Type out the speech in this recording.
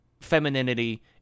femininity